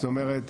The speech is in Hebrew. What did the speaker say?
זאת אומרת,